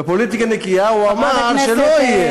ופוליטיקה נקייה, הוא אמר שלא יהיה.